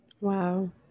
wow